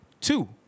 two